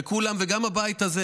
כשכולם וגם הבית הזה,